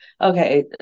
Okay